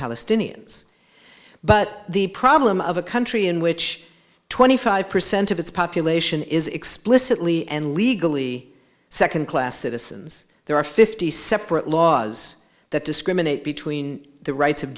palestinians but the problem of a country in which twenty five percent of its population is explicitly and legally second class citizens there are fifty separate laws that discriminate between the rights of